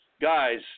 guys